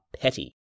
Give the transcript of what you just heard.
petty